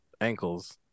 ankles